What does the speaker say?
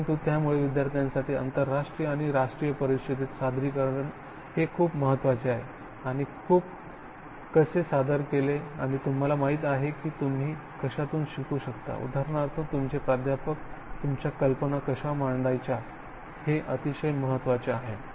परंतु त्यामुळे विद्यार्थ्यांसाठी आंतरराष्ट्रीय आणि राष्ट्रीय परिषदेत सादरीकरण हे खूप महत्त्वाचे आहे आणि तुम्ही कसे सादर केले आणि तुम्हाला माहिती आहे की तुम्ही कशातून शिकू शकता उदाहरणार्थ तुमचे प्राध्यापक तुमच्या कल्पना कशा मांडायच्या हे अतिशय महत्त्वाचे आहे